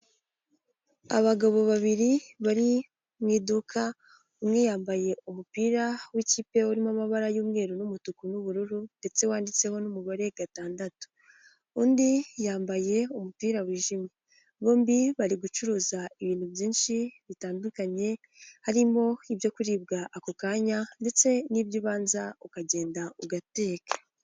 Abagabo babiri bari mu iduka, umwe yambaye umupira w'ikipe urimo amabara y'umweru n'umutuku n'ubururu ndetse wanditseho n'umubare gatandatu, undi yambaye umupira wijimye, bombi bari gucuruza ibintu byinshi bitandukanye harimo ibyo kuribwa ako kanya ndetse n'ibyo ubanza ukagenda ugateka.